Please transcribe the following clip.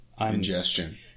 ingestion